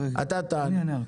אתה תענה.